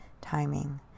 timing